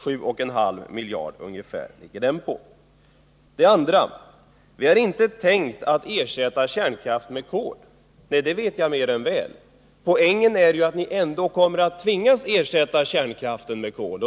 Den ligger på ungefär 7,5 miljarder. 2. Vi har inte tänkt ersätta kärnkraft med kol, sade Birgitta Hambraeus. Nej, det vet jag mer än väl. Poängen är att ni ändå kommer att tvingas ersätta kärnkraften med kol.